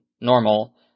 normal